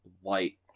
white